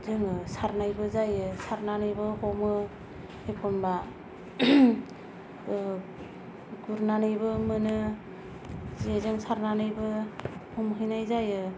जोङो सारनायबो जायो सारनानैबो हमो एखनबा गुरनानैबो मोनो जे जों सारनानैबो हमहैनाय जायो